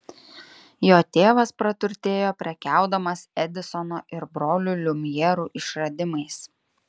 jo tėvas praturtėjo prekiaudamas edisono ir brolių liumjerų išradimais